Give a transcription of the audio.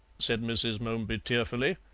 said mrs. momeby tearfully,